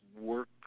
work